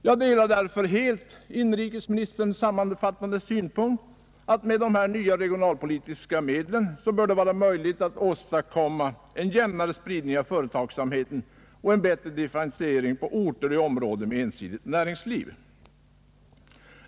Jag delar därför helt inrikesministerns sammanfattande synpunkt, att det med de nya regionalpolitiska medlen bör vara möjligt att åstadkomma en jämnare spridning av företagssamheten och en bättre differentiering på orter och i områden med ensidigt näringsliv.